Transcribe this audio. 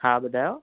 हा ॿुधायो